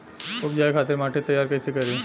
उपजाये खातिर माटी तैयारी कइसे करी?